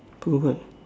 apa kau buat